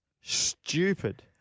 Stupid